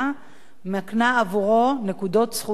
מקנה עבורו נקודות זכות אקדמיות.